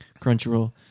Crunchyroll